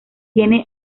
tiene